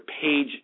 page